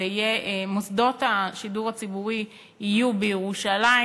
מוסדות רשות השידור הציבורי יהיו בירושלים,